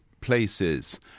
places